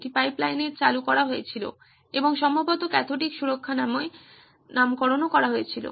এটি পাইপলাইনে চালু করা হয়েছিল এবং সম্ভবত ক্যাথোডিক সুরক্ষা হিসাবে নামকরণ করা হয়েছিল